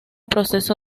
proceso